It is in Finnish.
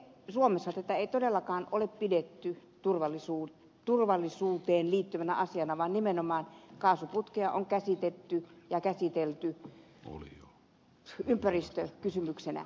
suomessa tätä ei todellakaan ole pidetty turvallisuuteen liittyvänä asiana vaan nimenomaan kaasuputki on käsitetty ja sitä on käsitelty ympäristökysymyksenä